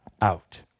out